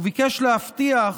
וביקש להבטיח